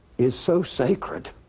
is so sacred